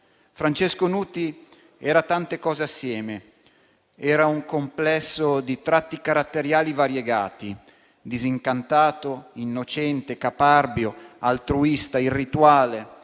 Francesco Nuti era tante cose assieme. Era un complesso di tratti caratteriali variegati: disincantato, innocente, caparbio, altruista, irrituale,